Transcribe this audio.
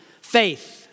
faith